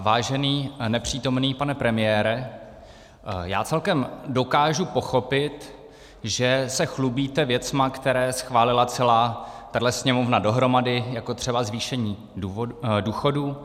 Vážený a nepřítomný pane premiére, já celkem dokážu pochopit, že se chlubíte věcmi, které schválila celá tahle Sněmovna dohromady, jako třeba zvýšení důchodů.